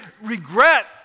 regret